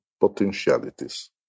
potentialities